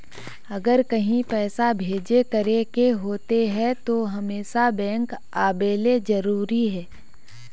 अगर कहीं पैसा भेजे करे के होते है तो हमेशा बैंक आबेले जरूरी है?